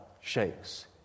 shakes